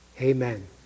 amen